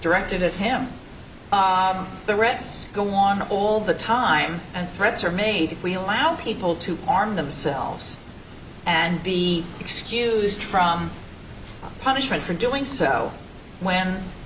directed at him the reds go along all the time and threats are made if we allow people to arm themselves and be excused from punishment for doing so when